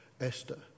Esther